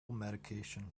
medication